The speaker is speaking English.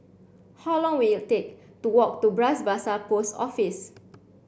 how long will take to walk to Bras Basah Post Office